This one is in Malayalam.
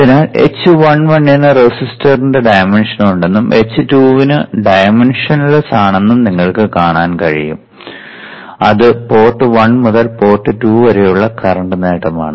അതിനാൽ h11 ന് റെസിസ്റ്ററിന്റെ ഡയമെൻഷൻ ഉണ്ടെന്നും h21 ന് ഡയമെൻഷൻലസ് നിങ്ങൾക്ക് കാണാൻ കഴിയും അത് പോർട്ട് 1 മുതൽ പോർട്ട് 2 വരെയുള്ള കറന്റ് നേട്ടമാണ്